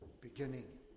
beginning